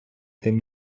тим